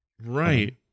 Right